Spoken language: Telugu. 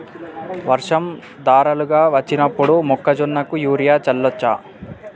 వర్షం ధారలుగా వచ్చినప్పుడు మొక్కజొన్న కు యూరియా చల్లచ్చా?